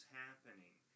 happening